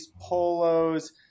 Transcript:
polos